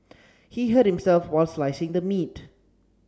he hurt himself while slicing the meat